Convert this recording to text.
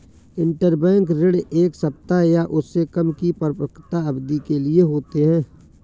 interbank ऋण एक सप्ताह या उससे कम की परिपक्वता अवधि के लिए होते हैं